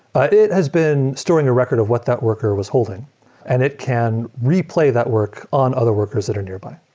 but it has been storing a record of what that worker was holding and it can replay that work on other workers that are nearby.